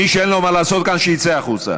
מי שאין לו מה לעשות כאן, שיצא החוצה.